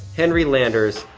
henry landers,